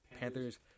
Panthers